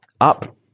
up